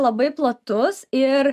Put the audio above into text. labai platus ir